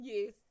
Yes